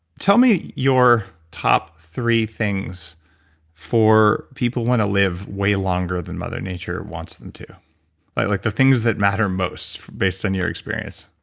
tell me your top three things for people wanna live way longer than mother nature wants them to. like like the things that matter most based on your experience.